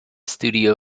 studio